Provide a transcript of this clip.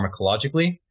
pharmacologically